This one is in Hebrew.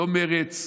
לא מרצ,